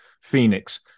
Phoenix